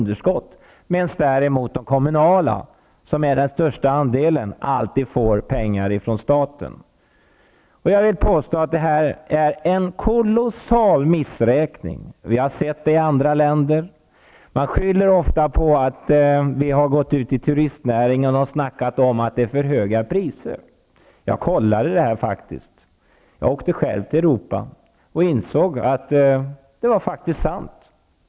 De kommunala parkerna, som utgör den största andelen av parkerna, får däremot alltid pengar från staten. Jag vill påstå att momsen utgör en kolossal missräkning. Vi har sett hur det har gått i andra länder. Ofta skylls det på att företrädare för turistnäringen har snackat om att priserna är för höga. Jag har faktiskt kollat detta. Jag har själv åkt ut i Europa och insett att detta faktiskt är sant.